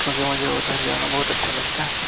क्योंकि मुझे उधर जाना बहुत अच्छा लगता है